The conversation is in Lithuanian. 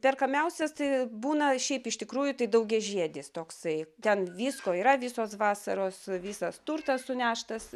perkamiausias tai būna šiaip iš tikrųjų tai daugiažiedis toksai ten visko yra visos vasaros visas turtas suneštas